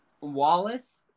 Wallace